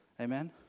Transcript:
Amen